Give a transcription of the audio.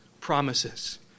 promises